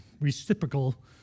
reciprocal